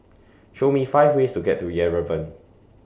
Show Me five ways to get to Yerevan